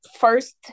first